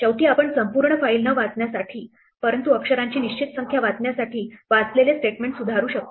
शेवटीआपण संपूर्ण फाइल न वाचण्यासाठी परंतु अक्षरांची निश्चित संख्या वाचण्यासाठी वाचलेले स्टेटमेंट सुधारू शकतो